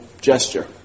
gesture